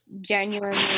genuinely